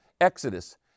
Exodus